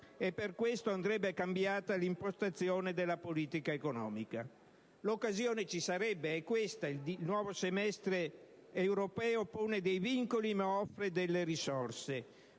e per questo andrebbe cambiata l'impostazione della politica economica. L'occasione ci sarebbe, ed è rappresentata dal nuovo semestre europeo, che pone dei vincoli ma offre anche delle risorse: